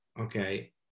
okay